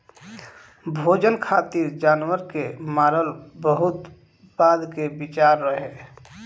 भोजन खातिर जानवर के मारल बहुत बाद के विचार रहे